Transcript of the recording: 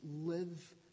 live